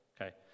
okay